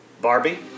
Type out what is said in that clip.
Barbie